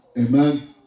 Amen